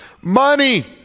Money